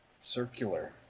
Circular